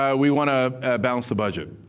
yeah we want to balance the budget.